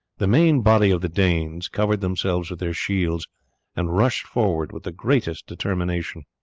the main body of the danes covered themselves with their shields and rushed forward with the greatest determination,